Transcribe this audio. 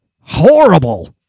horrible